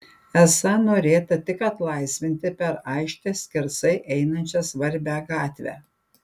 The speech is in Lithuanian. esą norėta tik atlaisvinti per aikštę skersai einančią svarbią gatvę